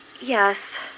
Yes